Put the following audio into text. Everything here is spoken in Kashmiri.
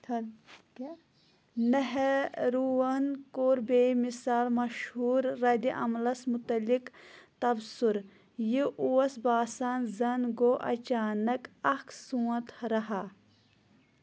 نہروُن کوٚر بے مثال مَشہوٗر ردِعملبس متعلق تبصُرٕ، یہٕ اوس باسان زَن گوٚو اچانک اكھ سون٘تھ رہا